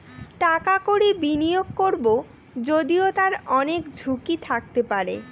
টাকা কড়ি বিনিয়োগ করবো যদিও তার অনেক ঝুঁকি থাকতে পারে